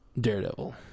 Daredevil